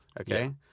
okay